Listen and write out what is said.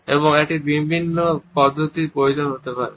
এবং একটি ভিন্ন পদ্ধতির প্রয়োজন হতে পারে